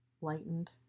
lightened